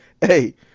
hey